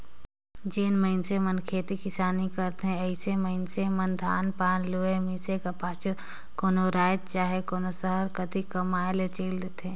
जेन मइनसे मन खेती किसानी करथे अइसन मइनसे मन धान पान लुए, मिसे कर पाछू कोनो राएज चहे कोनो सहर कती कमाए ले चइल देथे